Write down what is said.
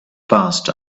passed